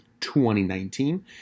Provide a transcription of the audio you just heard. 2019